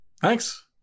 Thanks